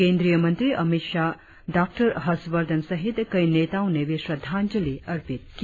केंद्रीय मंत्री अमित शाह डॉक्टर हर्षवर्धन सहित कई नेताओं ने भी श्रद्धांजलि अर्पित की